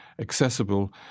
accessible